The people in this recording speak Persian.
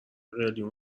قلیون